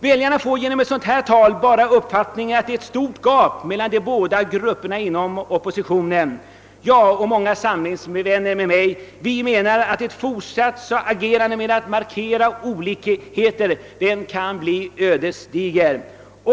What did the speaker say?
Väljarna får genom sådant tal bara uppfattningen, att det är ett stort gap mellan de båda grupperna inom oppositionen. Jag och många samlingsvänner med mig menar, att ett fortsatt markerande av olikheter kan bli ödesdigert.